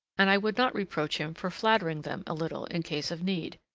and i would not reproach him for flattering them a little, in case of need.